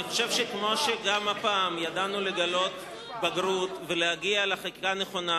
אני חושב שכמו שגם הפעם ידענו לגלות בגרות ולהגיע לחקיקה נכונה,